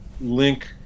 link